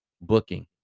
booking